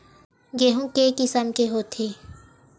गेहूं के किसम के होथे?